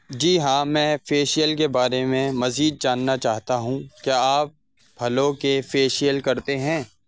جی ہاں میں فیشیل کے بارے میں مزید جاننا چاہتا ہوں کیا آپ پھلوں کے فیشیل کرتے ہیں